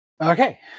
Okay